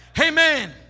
Amen